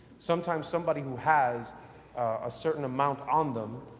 sometimes somebody who has a certain amount on them,